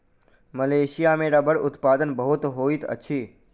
Malaysia में रबड़ उत्पादन बहुत होइत अछि